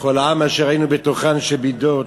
וכל העם אשר ראינו בתוכה אנשי מִדות",